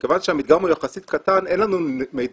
מכיוון שהמדגם הוא יחסית קטן אין לנו מידע